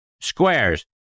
Squares